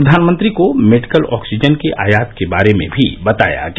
प्रधानमंत्री को medical oxygen के आयात के बारे में भी बताया गया